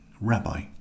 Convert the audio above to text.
Rabbi